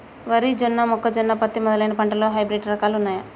వరి జొన్న మొక్కజొన్న పత్తి మొదలైన పంటలలో హైబ్రిడ్ రకాలు ఉన్నయా?